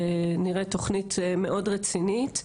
ונראית תכנית מאד רצינית.